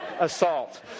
assault